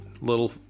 little